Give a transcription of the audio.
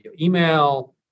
email